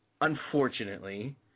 unfortunately